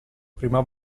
prima